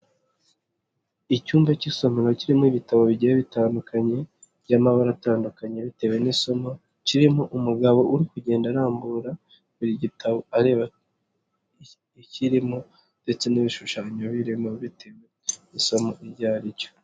Icyumba cy'isomero kirimo ibitabo bigiye bitandukanye by'amabara atandukanye bitewe n'isomo kirimo umugabo uri kugenda arambura buri gitabo areba ikirimo ndetse n'ibishushanyo birimo bitewe n'isomo iryo aryo.